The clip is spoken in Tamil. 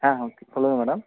ஆ ஓகே சொல்லுங்கள் மேடம்